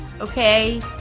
okay